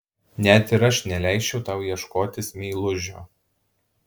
net ir aš neleisčiau tau ieškotis meilužio